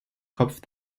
kopf